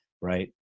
right